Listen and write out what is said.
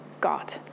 God